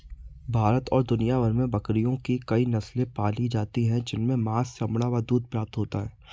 भारत और दुनिया भर में बकरियों की कई नस्ले पाली जाती हैं जिनसे मांस, चमड़ा व दूध प्राप्त होता है